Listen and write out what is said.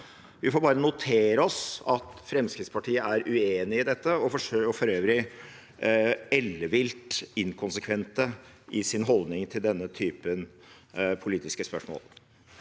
Vi får bare notere oss at Fremskrittspartiet er uenig i dette og for øvrig er ellevilt inkonsekvent i sin holdning til denne typen politiske spørsmål.